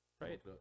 Right